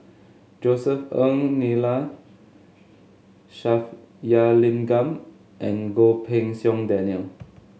Josef Ng Neila Sathyalingam and Goh Pei Siong Daniel